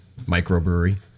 microbrewery